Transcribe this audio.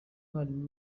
mwarimu